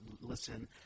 listen